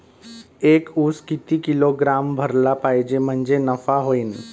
एक उस किती किलोग्रॅम भरला पाहिजे म्हणजे नफा होईन?